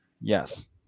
Yes